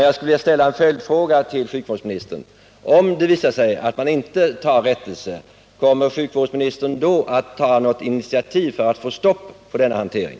att stärka patienternas rättssäkerhet inom sjukvården sjukvårdsministern då att ta något initiativ för att få stopp på denna hantering?